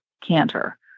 canter